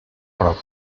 prop